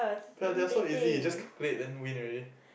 but they are so easy you just calculate then win already